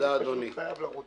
אני פשוט חייב לרוץ.